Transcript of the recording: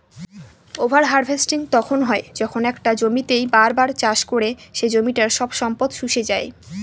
over harvesting তখন হয় যখন একটা জমিতেই বার বার চাষ করে সে জমিটার সব সম্পদ শুষে যাই